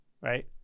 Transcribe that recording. right